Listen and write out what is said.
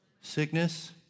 Sickness